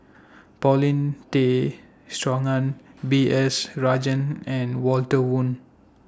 Paulin Tay Straughan B S Rajhans and Walter Woon